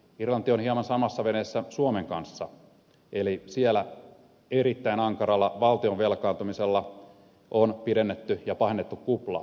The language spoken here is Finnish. irlanti on hieman samassa veneessä suomen kanssa eli siellä erittäin ankaralla valtion velkaantumisella on pidennetty ja pahennettu kuplaa